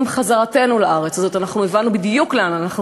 עם חזרתנו לארץ הזאת הבנו בדיוק לאן אנחנו